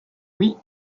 oui